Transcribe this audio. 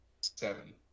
Seven